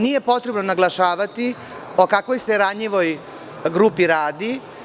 Nije potrebno naglašavati o kakvoj se ranjivoj grupi radi.